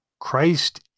Christ